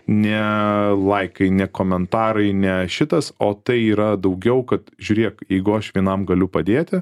ne laikai ne komentarai ne šitas o tai yra daugiau kad žiūrėk jeigu aš vienam galiu padėti